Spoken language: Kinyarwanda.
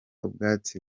ubwatsi